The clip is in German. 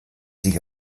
sich